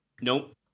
nope